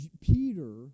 Peter